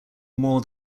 more